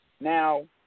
Now